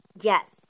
Yes